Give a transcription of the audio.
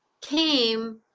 came